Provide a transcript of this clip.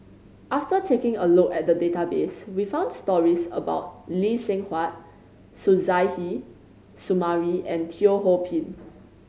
after taking a look at the database we found stories about Lee Seng Huat Suzairhe Sumari and Teo Ho Pin